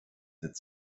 that